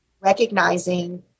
recognizing